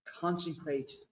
Consecrate